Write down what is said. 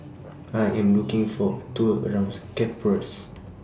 I Am looking For A Tour around Cyprus